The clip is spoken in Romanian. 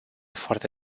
foarte